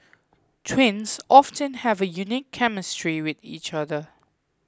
twins often have a unique chemistry with each other